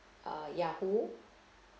uh yahoo